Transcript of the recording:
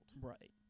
Right